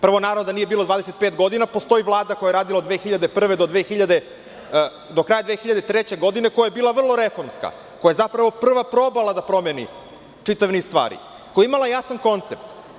Prvo, naroda nije bilo 25 godina, postoji Vlada koja je radila od 2001. do kraja 2003. godine koja je bila vrlo reformska i prva probala da promeni čitav niz stvari, koja je imala jasan koncept.